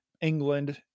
England